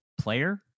player